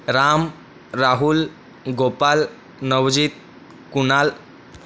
Ram Rahul Gopal Nabajit Kunal